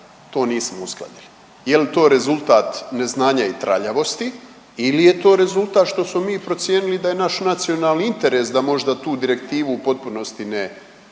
to nismo uskladili je li to rezultat neznanja i traljavosti ili je to rezultat što smo mi procijenili da je naš nacionalni interes da možda tu direktivu u potpunosti ne slijedimo,